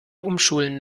umschulen